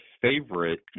favorite